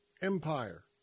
empire